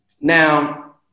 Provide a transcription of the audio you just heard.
Now